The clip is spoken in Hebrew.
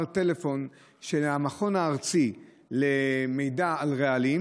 טלפון של המכון הארצי למידע על רעלים,